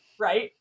right